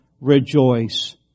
rejoice